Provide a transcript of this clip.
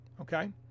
Okay